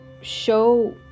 show